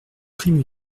crime